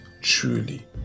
truly